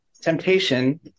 temptation